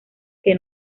que